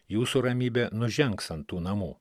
jūsų ramybė nužengs ant tų namų